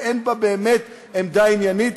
ואין בה באמת עמדה עניינית,